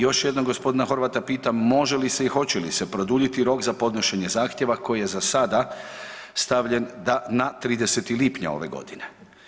Još jednom g. Horvata pitam može li se i hoće li se produljiti rok za podnošenje zahtjeva koji je za sada stavljen dana 30. lipnja ove godine?